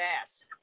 ass